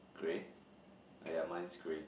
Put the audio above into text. grey oh yeah mine's grey too